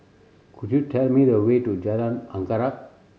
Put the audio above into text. could you tell me the way to Jalan Anggerek